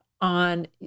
on